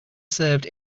served